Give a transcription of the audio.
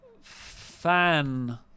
fan